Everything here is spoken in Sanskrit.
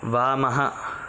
वामः